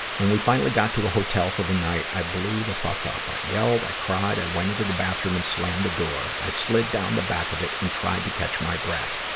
when we finally got to a hotel for the night, i blew the fuck up. i yelled, i cried, i went into the bathroom and slammed the door. i slid down the back of it and tried to catch my breath.